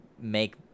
make